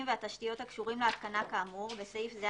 והתשתיות הקשורים להתקנה כאמור (בסעיף זה,